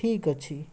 ଠିକ୍ ଅଛି